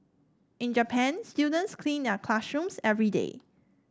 in Japan students clean their classrooms every day